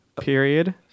period